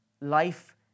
life